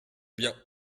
bien